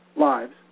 lives